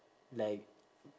like